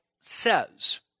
says